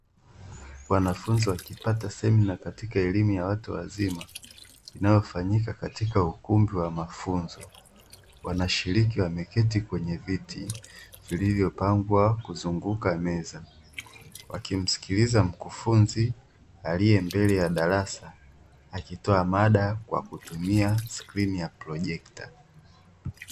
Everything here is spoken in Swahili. Wanafunzi wakipata semina katika elimu ya watu wazima inayofanyika katika ukumbi wa mafunzo. Wanashiriki wameketi kwenye viti vilivyopangwa kuzunguka meza wakimsikilza mkufunzi aliye mbele ya darasa akitoa mada kwa kutumia skrini ya projekta.